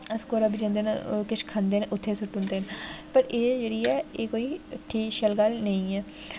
अस कुदै बी जंदे न किश खंदे न उ'त्थें सुट्टू दे न पर एह् जेह्ड़ी ऐ एह् कोई ठीक शैल गल्ल नेईं ऐ